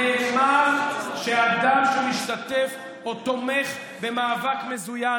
נאמר שאדם שמשתתף או תומך במאבק מזוין